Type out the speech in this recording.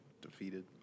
defeated